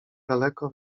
daleko